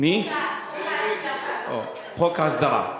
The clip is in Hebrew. חוק ההסדרה.